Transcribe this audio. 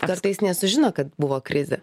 kartais nesužino kad buvo krizė